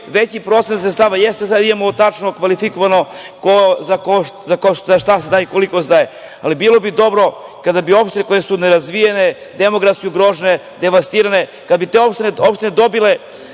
veći procenat sredstava. Jeste da sada imamo tačno kvalifikovano za šta se daje i koliko se daje, ali bilo bi dobro kada bi opštine koje su nerazvijene, demografski ugrožene, devastirane, kada bi te opštine dobile